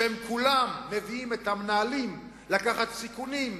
שהם כולם מביאים את המנהלים לקחת סיכונים,